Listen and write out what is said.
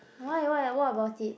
why why what about it